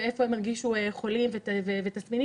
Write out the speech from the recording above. איפה הם הרגישו חולים ותסמינים,